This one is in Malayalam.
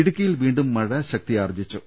ഇടുക്കിയിൽ വീണ്ടും മഴ ശക്തിയാർജ്ജിച്ചു